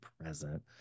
present